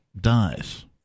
dies